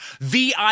VIP